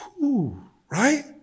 Right